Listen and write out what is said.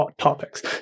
topics